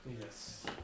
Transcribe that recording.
Yes